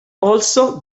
also